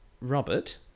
Robert